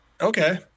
okay